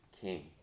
king